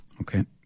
Okay